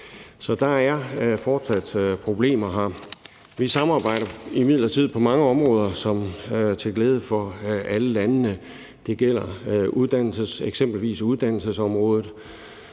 Så der er fortsat problemer. Vi samarbejder imidlertid på mange områder til glæde for alle landene. Det gælder eksempelvis uddannelsesområdet,